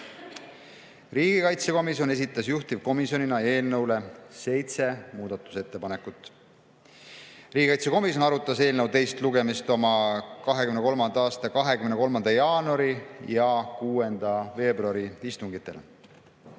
Riigikaitsekomisjon esitas juhtivkomisjonina eelnõu kohta seitse muudatusettepanekut. Riigikaitsekomisjon arutas eelnõu enne teist lugemist oma 2023. aasta 23. jaanuari ja 6. veebruari istungil.